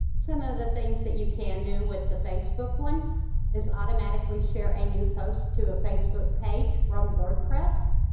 some of the things that you can do with the facebook one is automatically share a new post to a facebook page from wordpress.